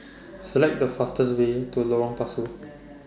Select The fastest Way to Lorong Pasu